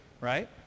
right